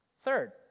Third